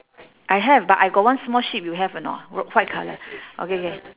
I have but I got one small sheep you have or not w~ white colour okay K